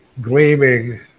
gleaming